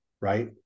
right